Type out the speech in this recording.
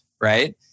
right